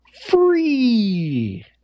Free